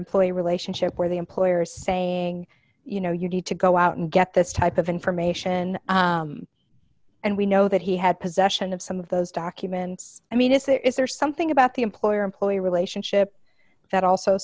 employee relationship where the employer is saying you know you need to go out and get this type of information and we know that he had possession of some of those documents i mean is there is there something about the employer employee relationship that also